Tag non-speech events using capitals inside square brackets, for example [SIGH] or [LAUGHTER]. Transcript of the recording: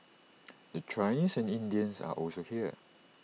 [NOISE] the Chinese and Indians are also here